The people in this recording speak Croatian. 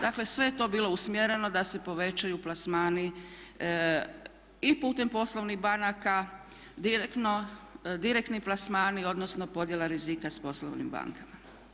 Dakle sve je to bilo usmjereno da se povećaju plasmani i putem poslovnih banaka, direktni plasmani, odnosno podjela rizika sa poslovnim bankama.